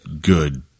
good